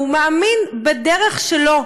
והוא מאמין בדרך שלו.